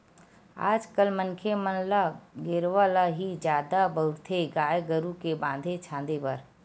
आज कल मनखे मन ल गेरवा ल ही जादा बउरथे गाय गरु के बांधे छांदे बर